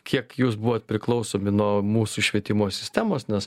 kiek jūs buvot priklausomi nuo mūsų švietimo sistemos nes